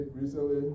recently